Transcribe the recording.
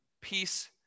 peace